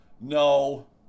no